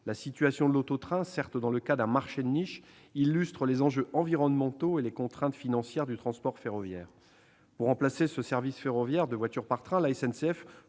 La situation de l'auto-train, certes dans le cas d'un marché de niche, illustre les enjeux environnementaux et les contraintes financières du transport ferroviaire. Pour remplacer ce service de transport de voitures par train, la SNCF